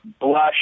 blush